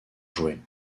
jouer